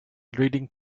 reading